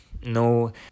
no